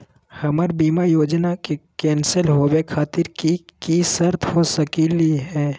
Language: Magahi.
हमर बीमा योजना के कैन्सल होवे खातिर कि कि शर्त हो सकली हो?